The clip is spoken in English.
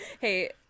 Hey